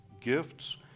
gifts